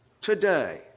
today